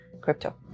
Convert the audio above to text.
crypto